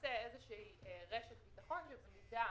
למעשה זו איזושהי רשת ביטחון שבמידה